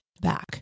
back